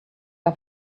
are